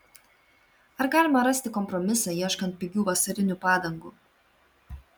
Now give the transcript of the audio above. ar galima rasti kompromisą ieškant pigių vasarinių padangų